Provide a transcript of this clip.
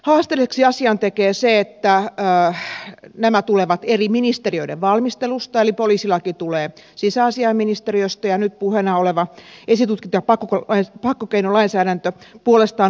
haasteelliseksi asian tekee se että nämä tulevat eri ministeriöiden valmistelusta eli poliisilaki tulee sisäasiainministeriöstä ja nyt puheena oleva esitutkinta ja pakkokeinolainsäädäntö puolestaan oikeusministeriöstä